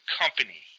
company